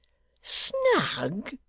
snug!